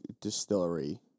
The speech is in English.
distillery